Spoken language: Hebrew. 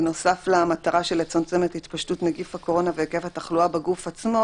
בנוסף למטרה של לצמצם את התפשטות נגיף הקורונה והיקף התחלואה בגוף עצמו,